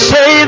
Say